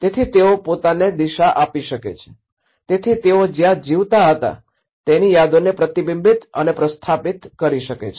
તેથી તેઓ પોતાને દિશા આપી શકે છે તેથી તેઓ જ્યાં જીવતા હતા તેની યાદોને પ્રતિબિંબિત અને પ્રશ્થાપીત કરી શકે છે